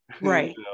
Right